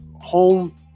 home